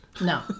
No